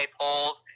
polls